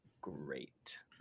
great